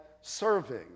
serving